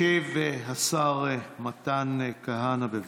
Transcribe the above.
ישיב השר מתן כהנא, בבקשה.